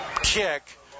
kick